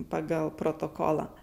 pagal protokolą